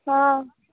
हाँ